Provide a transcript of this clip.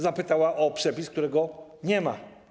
Zapytała o przepis, którego nie ma.